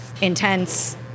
intense